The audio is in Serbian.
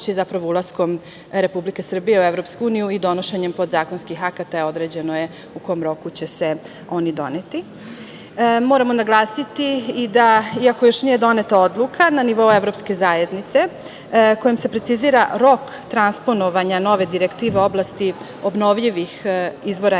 upravo ulaskom Republike Srbije u EU i donošenjem podzakonskih akata, određeno je u kom roku će se oni doneti. Moramo naglasiti i da, iako još nije doneta odluka na nivou evropske zajednice kojim se precizira rok transponovanja nove direktive oblasti obnovljivih izvora energije